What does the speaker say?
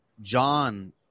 John